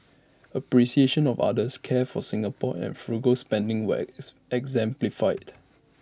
appreciation of others care for Singapore and frugal spending were ex exemplified